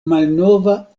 malnova